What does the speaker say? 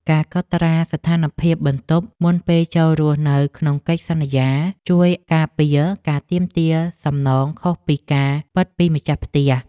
ការកត់ត្រាស្ថានភាពបន្ទប់មុនពេលចូលរស់នៅក្នុងកិច្ចសន្យាជួយការពារការទាមទារសំណងខុសពីការពិតពីម្ចាស់ផ្ទះ។